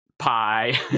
pie